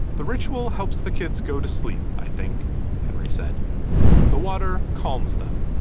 the ritual helps the kids go to sleep. i think henry said the water calms them.